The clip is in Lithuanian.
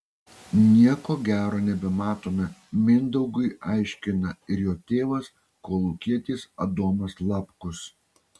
nieko gero nebematome mindaugui aiškina ir jo tėvas kolūkietis adomas lapkus